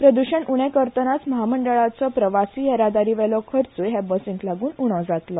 प्रद्शण उणे करतनाच म्हामंडळाचो प्रवासी येरादारीवेलो खर्चूय हे बसींक लागून उणे जातलो